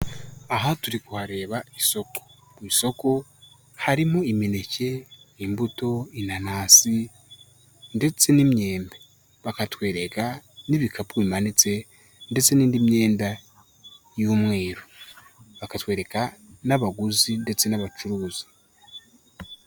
Aha turi kuhareba isoko, mu isoko harimo: imineke, imbuto, inanasi, ndetse n'imyembe, bakatwereka n'ibikapu bimanitse ndetse n'indi myenda y'umweru, bakatwereka n'abaguzi ndetse n'abacuruza.